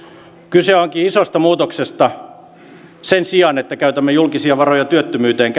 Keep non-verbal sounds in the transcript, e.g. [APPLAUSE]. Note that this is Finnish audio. kyse onkin isosta muutoksesta sen sijaan että käytämme julkisia varoja työttömyyteen [UNINTELLIGIBLE]